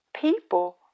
People